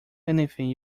anything